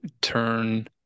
turn